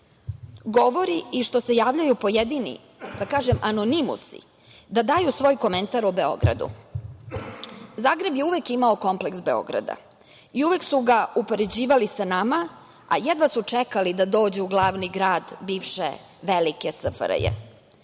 govori i što se javljaju pojedini, da kažem anonimusi, da daju svoj komentar o Beogradu. Zagreb je uvek imao kompleks Beograda i uvek su ga upoređivali sa nama, a jedva su čekali da dođu u glavni grad bivše velike SFRJ.